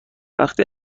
وقتی